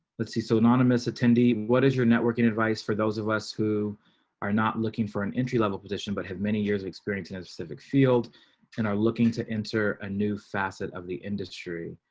let's see. so anonymous attendee, what is your networking advice for those of us who are not looking for an entry level position, but have many years of experience and of civic field and are looking to enter a new facet of the industry.